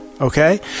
Okay